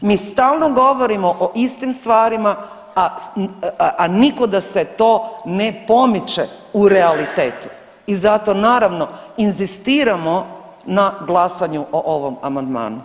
Mi stalno govorimo o istim stvarima, a nikuda se to ne pomiče u realitetu i zato naravno inzistiramo na glasanju o ovom amandmanu.